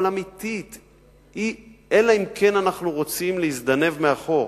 אבל אמיתית, אלא אם כן אנחנו רוצים להזדנב מאחור.